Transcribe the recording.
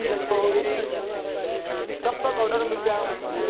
تو یہ کب تک آرڈر مل جائے گا مجھ کو